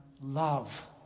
love